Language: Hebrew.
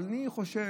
אבל אני חושש,